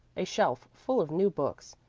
a shelf full of new books,